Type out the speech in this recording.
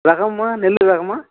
ரகமா நெல் ரகமா